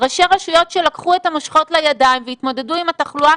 ראשי רשויות שלקחו את המושכות לידיים והתמודדו עם התחלואה